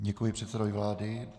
Děkuji předsedovi vlády.